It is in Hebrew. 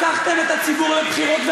לקחתם את הציבור לבחירות,